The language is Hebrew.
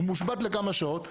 הוא מושבת לכמה שעות.